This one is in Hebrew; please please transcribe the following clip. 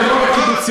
זה לא רק לקיבוצים,